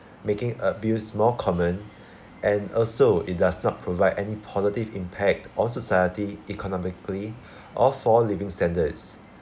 making abuse more common and also it does not provide any positive impact on society economically or for living standards